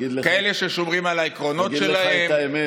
כאלה ששומרים על העקרונות שלהם,